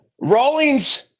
rawlings